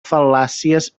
fal·làcies